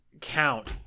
count